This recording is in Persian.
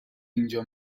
اینجا